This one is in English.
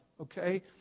okay